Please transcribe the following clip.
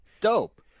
dope